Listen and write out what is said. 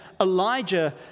Elijah